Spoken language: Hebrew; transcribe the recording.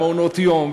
מעונות-היום,